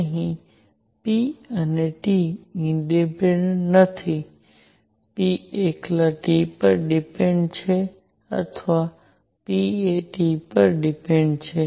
અહીં p અને T independent નથી p એકલા T પર ડિપેન્ડ છે અથવા p એ T પર ડિપેન્ડ છે